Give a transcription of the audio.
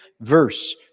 verse